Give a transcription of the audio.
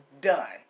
done